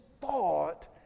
thought